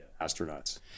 astronauts